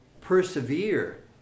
persevere